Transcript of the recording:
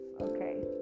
okay